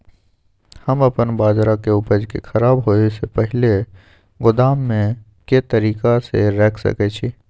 हम अपन बाजरा के उपज के खराब होय से पहिले गोदाम में के तरीका से रैख सके छी?